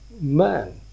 man